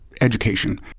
education